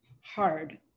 hard